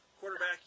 quarterback